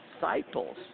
disciples